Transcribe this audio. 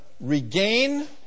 regain